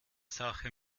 sache